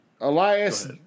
Elias